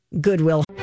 Goodwill